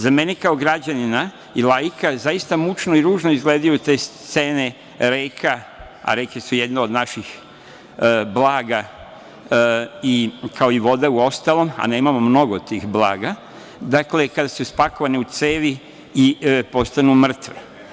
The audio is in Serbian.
Za mene kao građanina i laika zaista mučno i ružno izgledaju te scene reka, a reke su jedna od naših blaga, kao i voda u ostalom, a nemamo mnogo tih blaga, dakle, kada su spakovane u cevi i postanu mrtve.